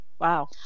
Wow